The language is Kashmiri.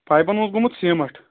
پایپَن اوس گوٚمُت سیٖمٹھ